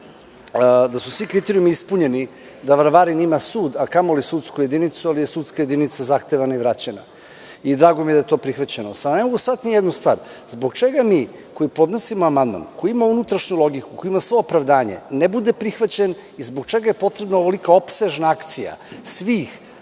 da su svi kriterijumi ispunjeni da Varvarin ima sud, a kamo li sudsku jedinicu, ali je sudska jedinica zahtevana i vraćena. Drago mi je da je to prihvaćeno. Samo ne mogu da shvatim jednu stvar, zbog čega mi koji podnosimo amandman koji ima unutrašnju logiku koji ima svo opravdanje ne bude prihvaćen i zbog čega je potrebna ovolika opsežna akcija svih